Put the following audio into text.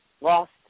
Lost